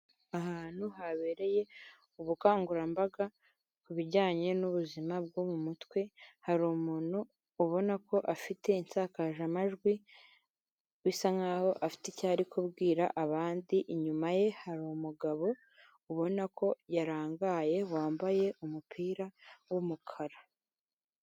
Ahantu habereye ubukangurambaga ku bijyanye n'ubuzima bwo mu mutwe, hari umuntu ubona ko afite insakazamajwi bisa nkaho afite icyo ari kubwira abandi, inyuma ye hari umugabo ubona ko yarangaye wambaye umupira w'umukara.